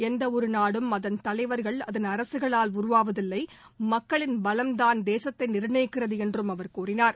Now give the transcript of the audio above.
எந்தவொரு நாடும் அதன் தலைவர்கள் அதன் அரசுகளால் உருவாவதில்லை மக்களின் பலம் தான் தேசத்தை நிர்மாணிக்கிறது என்று அவர் கூறினார்